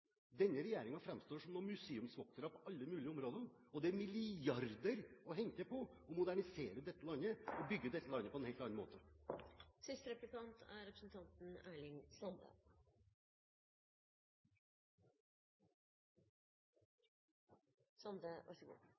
Denne regjeringen framstår som museumsvoktere på alle mulige områder. Det er milliarder å hente på å modernisere dette landet, på å bygge dette landet på en helt annen måte. La meg fyrst få seie: Det er heldigvis ikkje riktig det representanten